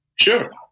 Sure